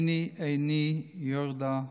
עיני עיני ירדה מים".